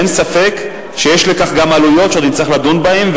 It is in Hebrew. אין ספק שיש לכך גם עלויות שעוד נצטרך לדון בהן,